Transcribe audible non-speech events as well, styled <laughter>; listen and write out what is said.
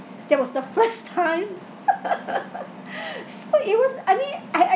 that was the first time <laughs> so it was I mean I I